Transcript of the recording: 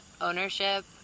ownership